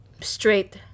straight